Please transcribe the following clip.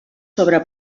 sobre